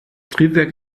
triebwerk